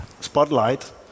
spotlight